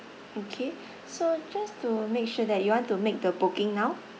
okay so just to make sure that you want to make the booking now